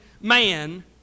man